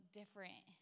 different